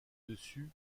dessus